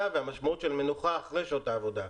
והמשמעות של מנוחה אחרי שעות העבודה,